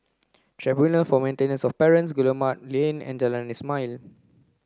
Tribunal for Maintenance of Parents Guillemard Lane and Jalan Ismail